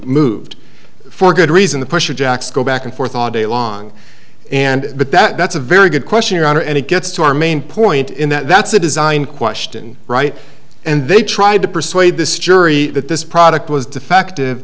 moved for good reason the pusher jacks go back and forth all day long and but that's a very good question your honor and it gets to our main point in that that's a design question right and they tried to persuade this jury that this product was defective